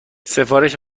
سفارش